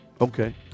Okay